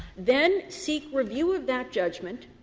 then seek review of that judgment,